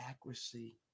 accuracy